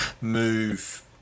move